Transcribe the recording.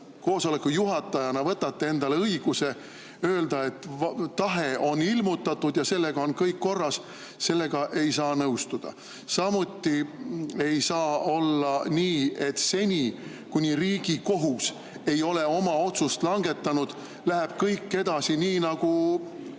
koosoleku juhatajana võtate endale õiguse öelda, et tahe on ilmutatud ja sellega on kõik korras – sellega ei saa nõustuda. Samuti ei saa olla nii, et seni, kuni Riigikohus ei ole oma otsust langetanud, läheb kõik edasi nii, nagu